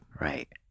Right